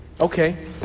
Okay